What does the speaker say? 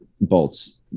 bolts